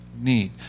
need